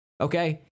Okay